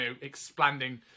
expanding